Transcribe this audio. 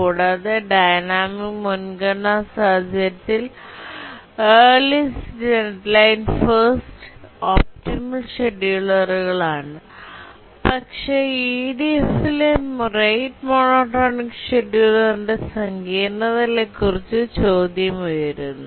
കൂടാതെ ഡൈനാമിക് മുൻഗണനാ സാഹചര്യത്തിൽ earliest deadline first optimal സ്ചെടുലറുകൾ ആണ് പക്ഷേ EDF ലെ റേറ്റ് മോണോടോണിക് ഷെഡ്യൂളറിന്റെ സങ്കീർണ്ണതകളെക്കുറിച്ച് ചോദ്യം ഉയരുന്നു